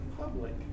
public